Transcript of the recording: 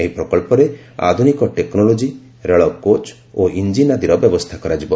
ଏହି ପ୍ରକଳ୍ପରେ ଆଧୁନିକ ଟେକ୍ନୋଲୋଜି ରେଳକୋଚ୍ ଓ ଇଞ୍ଜିନ୍ ଆଦିର ବ୍ୟବସ୍ଥା କରାଯିବ